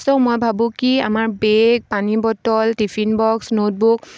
ছ' মই ভাবোঁ কি আমাৰ বেগ পানী বটল টিফিন বক্স নোটবুক